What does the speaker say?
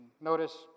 Notice